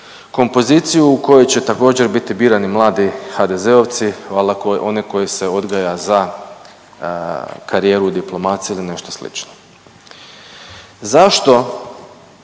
kompoziciju u kojoj će također biti birani mladi HDZ-ovci, valjda one koje se odgaja za karijeru u diplomaciji ili nešto slično. Zašto